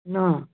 না